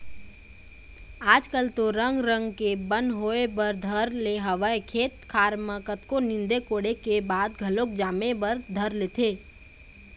आज कल तो रंग रंग के बन होय बर धर ले हवय खेत खार म कतको नींदे कोड़े के बाद घलोक जामे बर धर लेथे